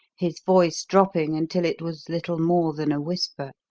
his voice dropping until it was little more than a whisper.